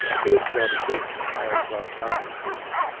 heads god exists tails god doesn't exist.